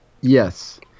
Yes